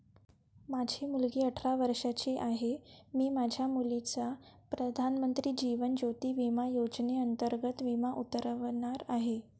माझी मुलगी अठरा वर्षांची आहे, मी माझ्या मुलीचा प्रधानमंत्री जीवन ज्योती विमा योजनेअंतर्गत विमा उतरवणार आहे